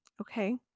Okay